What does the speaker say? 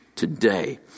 today